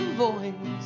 voice